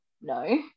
no